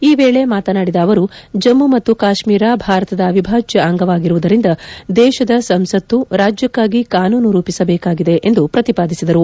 ಈ ವೇಳೆ ಮಾತನಾಡಿದ ಅವರು ಜಮ್ಮು ಮತ್ತು ಕಾಶ್ಟೀರ ಭಾರತದ ಅವಿಭಾಜ್ಯ ಅಂಗವಾಗಿರುವುದರಿಂದ ದೇಶದ ಸಂಸತ್ತು ರಾಜ್ಯಕ್ಕಾಗಿ ಕಾನೂನು ರೂಪಿಸಬಹುದಾಗಿದೆ ಎಂದು ಪ್ರತಿಪಾದಿಸಿದರು